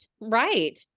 right